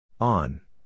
On